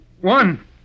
One